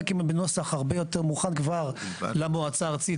בנוסח הרבה יותר מוכן כבר למועצה הארצית,